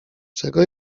czego